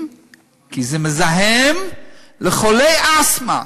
מסוימים כי זה מזהם את האוויר לחולי אסתמה,